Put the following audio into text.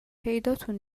پیداتون